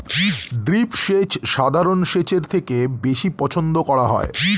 drip সেচ সাধারণ সেচের থেকে বেশি পছন্দ করা হয়